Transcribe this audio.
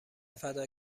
فدا